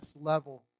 level